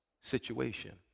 situation